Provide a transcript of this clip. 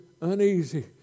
uneasy